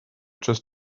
just